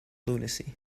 lunacy